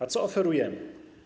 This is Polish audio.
A co oferujemy?